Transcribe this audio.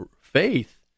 faith